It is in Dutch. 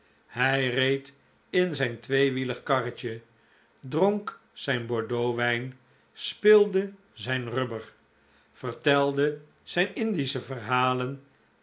hij reed in zijn tweewielig karretje dronk zijn bordeauxwijn speelde zijn rubber vertelde zijn indische verhalen